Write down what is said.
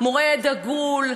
מורה דגול,